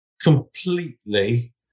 completely